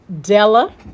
Della